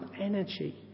energy